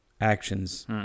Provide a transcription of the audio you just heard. actions